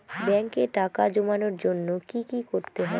ব্যাংকে টাকা জমানোর জন্য কি কি করতে হয়?